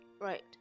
Right